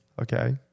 Okay